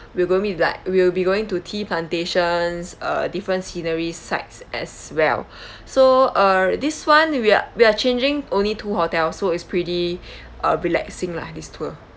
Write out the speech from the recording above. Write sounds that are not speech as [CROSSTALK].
we'll gonna meet like we'll be going to tea plantations err different scenery sites as well [BREATH] so uh this one we're we are changing only two hotels so it's uh pretty relaxing lah this tour